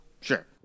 sure